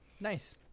Nice